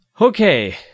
Okay